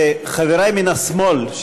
חברי מן השמאל,